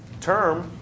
term